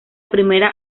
primera